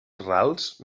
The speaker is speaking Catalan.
rals